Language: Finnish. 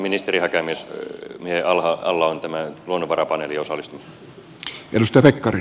ministeri häkämiehen alla on tämä luonnonvarapaneeliin osallistuminen